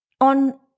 on